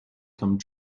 come